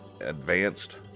advanced